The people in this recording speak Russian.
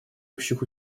общих